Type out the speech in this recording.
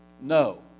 no